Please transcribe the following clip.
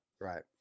right